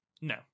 No